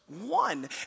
one